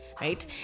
right